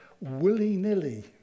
willy-nilly